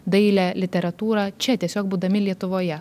dailę literatūrą čia tiesiog būdami lietuvoje